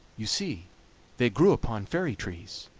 you see they grew upon fairy trees.